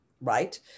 right